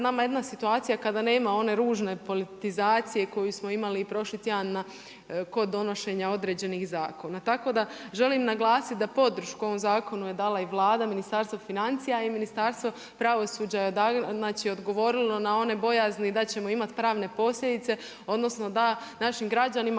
danas jedna situacija, kada nema one ružne politizacije, koju smo imali i prošli tjedan, kod donošenja određenih zakona. Tako da, želim naglasiti da podršku ovom zakonu je dala i Vlada, Ministarstvo financija i Ministarstvo pravosuđa je odgovorilo na one bojazni da ćemo imati pravne posljedice, odnosno da našim građanima,